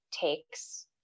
takes